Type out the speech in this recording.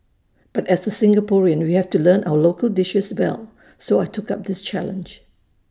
but as A Singaporean we have to learn our local dishes well so I took up this challenge